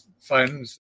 funds